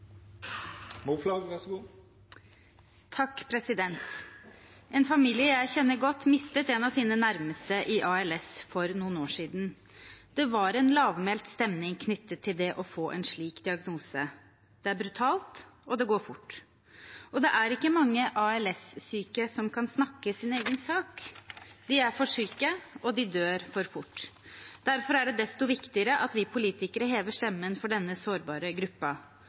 En familie jeg kjenner godt, mistet en av sine nærmeste i ALS for noen år siden. Det var en lavmælt stemning knyttet til det å få en slik diagnose. Det er brutalt, og det går fort. Det er ikke mange ALS-syke som kan snakke sin egen sak. De er for syke, og de dør for fort. Derfor er det desto viktigere at vi politikere hever stemmen for denne sårbare